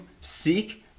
seek